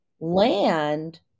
land